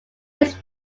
miss